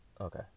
Okay